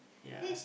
ya